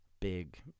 big